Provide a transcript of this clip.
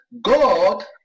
God